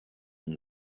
and